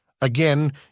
Again